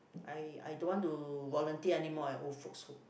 I I don't want to volunteer anymore at old folks home